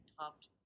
topped